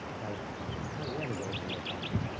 like hell yeah, the goal is to live longer,